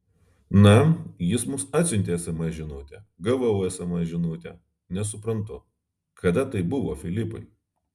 na jis mums atsiuntė sms žinutę gavau sms žinutę nesuprantu kada tai buvo filipai